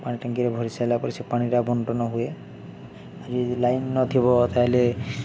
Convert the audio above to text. ପାଣି ଟାଙ୍କିରେ ଭରି ସାରିଲା ପରେ ସେ ପାଣିଟା ବଣ୍ଟନ ହୁଏ ଯଦି ଲାଇନ୍ ନଥିବ ତା'ହେଲେ